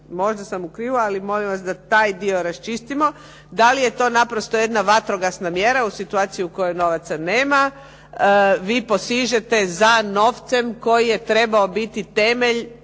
Možda sam u krivu, ali molim vas da taj dio raščistimo, da li je to naprosto jedna vatrogasna mjera u situaciji u kojoj novaca nema, vi posežete za novcem koji je trebao biti temelj